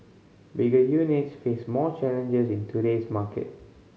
bigger units face more challenges in today's market